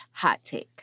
hottake